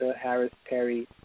Harris-Perry